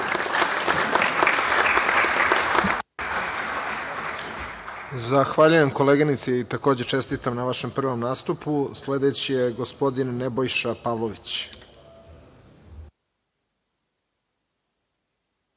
Zahvaljujem koleginice, takođe čestitam na vašem prvom nastupu. Sledeći je gospodin Nebojša Pavlović.